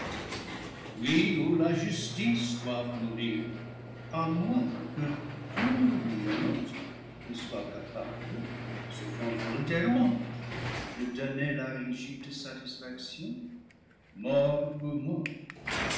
ou la justice doivent mourir à moins que pour lui un autre ne soit capable s'offrant volontairement de donner la rigide sa tisfaction mort pour